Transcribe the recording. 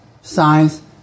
science